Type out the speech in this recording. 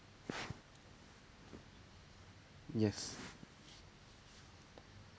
yes